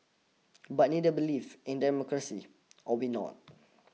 but neither believe in democracy or we not